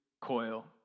coil